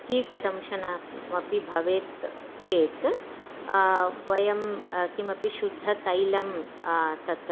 कीटदंशनमपि भवेत् चेत् वयं किमपि शुद्धतैलं तत्र